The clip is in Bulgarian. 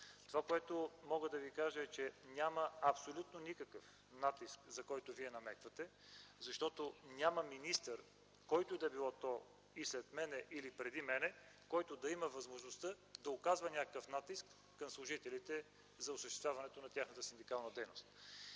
Това, което мога да Ви кажа, е, че няма абсолютно никакъв натиск, за който Вие намеквате, защото няма министър, който и да било той, и след мен, и преди мен, който да има възможността да оказва някакъв натиск към служителите за осъществяването на тяхната синдикална дейност.